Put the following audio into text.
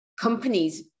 companies